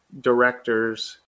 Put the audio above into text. directors